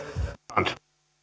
arvoisa puhemies tämä